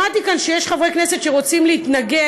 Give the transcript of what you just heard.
שמעתי שיש כאן חברי כנסת שרוצים להתנגד,